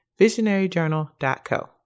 visionaryjournal.co